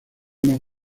más